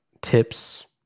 tips